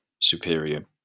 superior